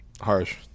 harsh